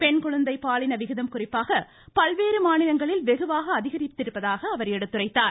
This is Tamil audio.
பெண் குழந்தை பாலின விகிதம் குறிப்பாக பல்வேறு மாநிலங்களில் வெகுவாக அதிகரித்திருப்பதாக அவர் எடுத்துரைத்தார்